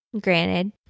granted